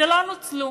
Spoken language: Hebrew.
שלא נוצלו.